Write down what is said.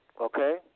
Okay